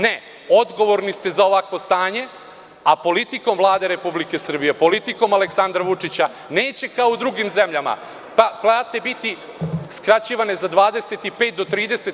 Ne, odgovorni ste za ovakvo stanje, a politikom Vlade Republike Srbije, politikom Aleksandra Vučića, neće kao u drugim zemljama plate biti skraćivane za 25-30%